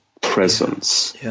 presence